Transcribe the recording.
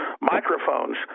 microphones